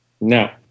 No